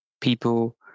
People